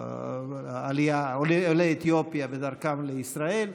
מעולי אתיופיה בדרכם לישראל,